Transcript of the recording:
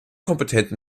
kompetenten